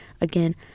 again